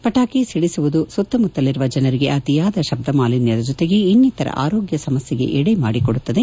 ಪಟಾಕಿ ಸಿಡಿಸುವುದು ಸುತ್ತಮುತ್ತಲಿರುವ ಜಸರಿಗೆ ಅಪಿಯಾದ ಶಬ್ದಮಾಲಿನ್ಯ ಜೊತೆಗೆ ಇನ್ನಿತರೆ ಆರೋಗ್ತ ಸಮಸ್ಥೆಗೆ ಎಡೆಮಾಡಿಕೊಡುತ್ತದೆ